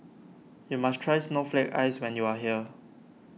you must try Snowflake Ice when you are here